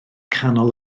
canol